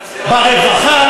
ברווחה